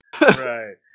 Right